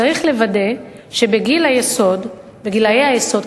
צריך לוודא שבגילאי היסוד,